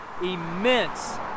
immense